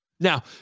Now